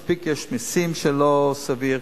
מספיק יש מסים שלא סבירים,